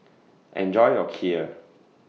Enjoy your Kheer